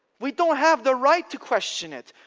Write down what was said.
we don't have the right to question it.